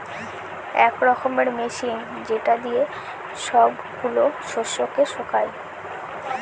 এক রকমের মেশিন যেটা দিয়ে সব গুলা শস্যকে শুকায়